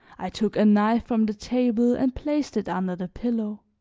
i took a knife from the table and placed it under the pillow.